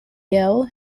dell